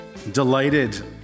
Delighted